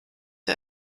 der